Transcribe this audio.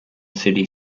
city